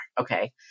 okay